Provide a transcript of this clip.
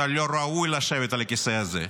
אתה לא ראוי לשבת על הכיסא הזה,